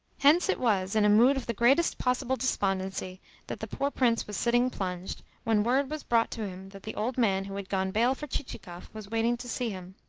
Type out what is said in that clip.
hence it was in a mood of the greatest possible despondency that the poor prince was sitting plunged when word was brought to him that the old man who had gone bail for chichikov was waiting to see him.